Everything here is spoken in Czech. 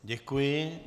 Děkuji.